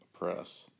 Press